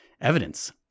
evidence